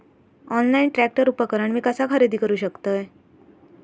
Online tractor उपकरण मी कसा खरेदी करू शकतय?